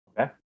okay